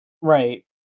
Right